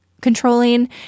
controlling